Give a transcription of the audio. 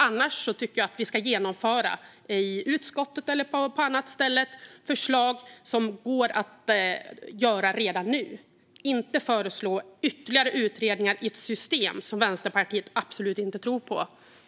Annars tycker jag att vi i utskottet eller på annat ställe ska komma med förslag som går att genomföra redan nu. Vi ska inte föreslå ytterligare utredningar av ett system som Vänsterpartiet absolut inte tror på.